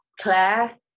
claire